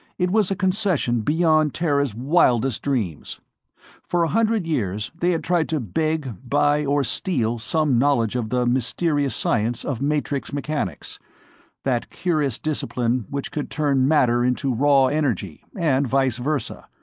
it was a concession beyond terra's wildest dreams for a hundred years they had tried to beg, buy or steal some knowledge of the mysterious science of matrix mechanics that curious discipline which could turn matter into raw energy, and vice versa,